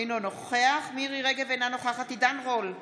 אינו נוכח מירי מרים רגב, אינה נוכחת עידן רול,